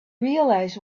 realize